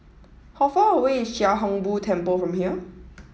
how far away is Chia Hung Boo Temple from here